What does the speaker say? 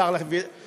השר לביטחון הפנים?